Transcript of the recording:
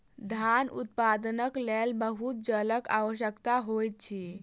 धान उत्पादनक लेल बहुत जलक आवश्यकता होइत अछि